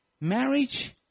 marriage